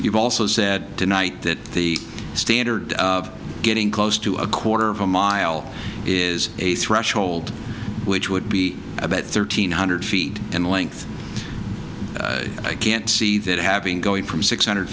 you've also said tonight that the standard of getting close to a quarter of a mile is a threshold which would be about thirteen hundred feet in length i can't see that having going from six hundred